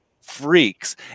freaks